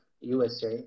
USA